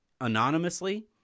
anonymously